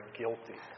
guilty